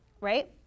right